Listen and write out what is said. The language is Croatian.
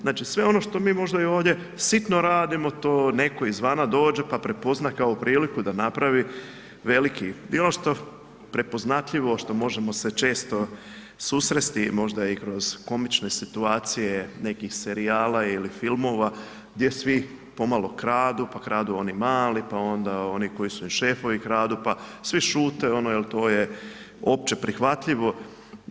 Znači, sve ono što mi možda i ovdje sitno radimo, to netko iz vana dođe, pa prepozna kao priliku da napravi veliki i ono što prepoznatljivo, što možemo se često susresti, možda i kroz komične situacije nekih serijala ili filmova gdje svi pomalo kradu, pa kradu oni mali, pa onda oni koji su im šefovi kradu, pa svi šute jel to je opće prihvatljivo.